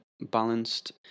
balanced